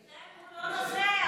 בינתיים הוא לא נוסע.